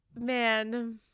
man